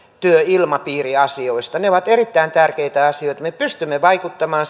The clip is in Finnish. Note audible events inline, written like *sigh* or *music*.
työilmapiiriasioista ne ovat erittäin tärkeitä asioita me pystymme vaikuttamaan *unintelligible*